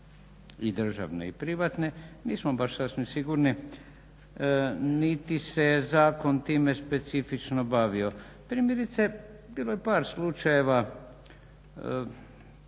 i državne i privatne? Nismo baš sasvim sigurni, niti se zakon time specifično bavio. Primjerice, bilo je par slučajeva